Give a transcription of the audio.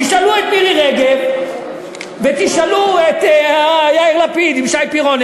תשאלו את מירי רגב ותשאלו את יאיר לפיד ושי פירון.